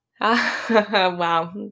Wow